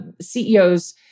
CEOs